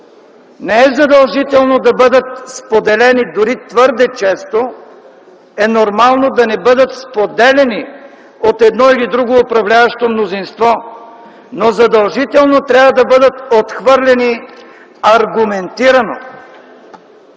не е задължително да бъдат споделени, дори твърде често е нормално да не бъдат споделяни от едно или друго управляващо мнозинство, но задължително трябва да бъдат отхвърляни аргументирано.